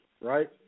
right